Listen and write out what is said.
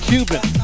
Cuban